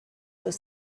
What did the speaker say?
was